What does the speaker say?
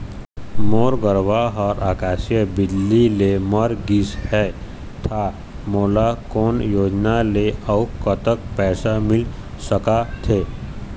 मोर गरवा हा आकसीय बिजली ले मर गिस हे था मोला कोन योजना ले अऊ कतक पैसा मिल सका थे?